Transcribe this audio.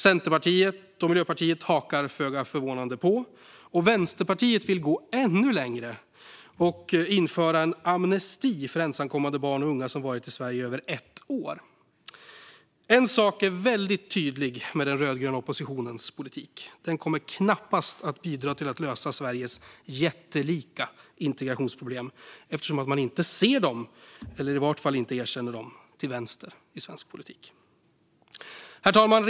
Centerpartiet och Miljöpartiet hakar föga förvånande på, och Vänsterpartiet vill gå ännu längre och införa en amnesti för ensamkommande barn och unga som varit i Sverige i över ett år. En sak är väldigt tydlig hos den rödgröna oppositionens politik: Den kommer knappast att bidra till att lösa Sveriges jättelika integrationsproblem eftersom man till vänster i svensk politik inte ser dem, eller i varje fall inte erkänner dem. Herr talman!